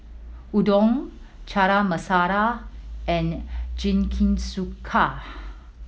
Udon Chana Masala and Jingisukan